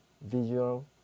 visual